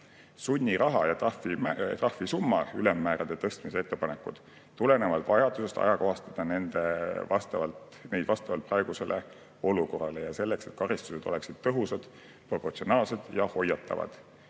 ja trahvisumma ülemmäärade tõstmise ettepanekud tulenevad vajadusest ajakohastada neid vastavalt praegusele olukorrale ja selleks, et karistused oleksid tõhusad, proportsionaalsed ja hoiatavad.